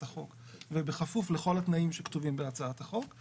החוק ובכפוף לכל התנאים שכתובים בהצעת החוק,